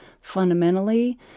fundamentally